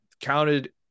counted